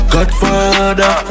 Godfather